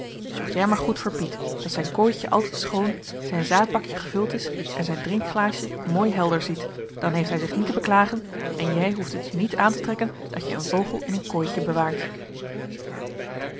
zorg jij maar goed voor piet dat zijn kooitje altijd schoon zijn zaadbakje gevuld is en zijn drinkglaasje mooi helder ziet dan heeft hij zich niet te beklagen en jij hoeft t je niet aan te trekken dat je een vogel in een kooitje bewaart